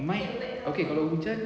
mic okay kalau hujan